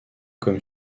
comme